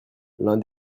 l’un